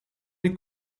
les